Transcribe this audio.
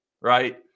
right